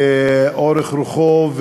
ואורך רוחו,